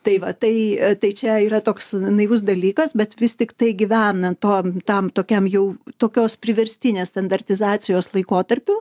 tai va tai tai čia yra toks naivus dalykas bet vis tiktai gyvenant to tam tokiam jau tokios priverstinės standartizacijos laikotarpiu